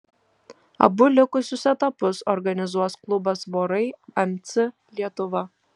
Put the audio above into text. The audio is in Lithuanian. abu likusius etapus organizuos klubas vorai mc lietuva